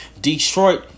Detroit